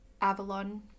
Avalon